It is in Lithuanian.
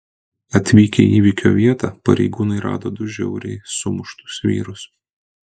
atvykę į įvykio vietą pareigūnai rado du žiauriai sumuštus vyrus